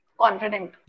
confident